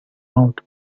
out